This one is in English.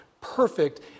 perfect